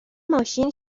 ماشین